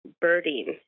birding